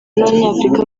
n’abanyafurika